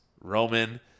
Roman